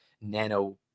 nano